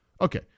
Okay